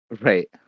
Right